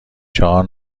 چهار